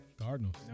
Cardinals